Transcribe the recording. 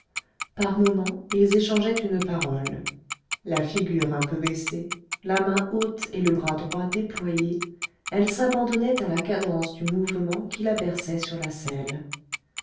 par moments ils échangeaient une parole la figure un peu baissée la main haute et le bras droit déployé elle s'abandonnait à la cadence du mouvement qui la berçait sur la selle